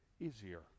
easier